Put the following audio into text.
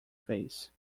face